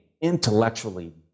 intellectually